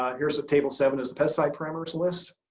ah here's table seven is pesticide parameters list.